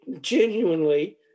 genuinely